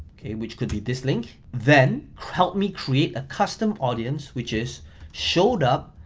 okay, which could be this link then help me create a custom audience which is showed up,